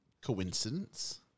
Coincidence